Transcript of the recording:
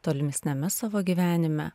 tolimesniame savo gyvenime